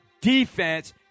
defense